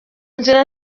nzira